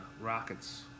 rockets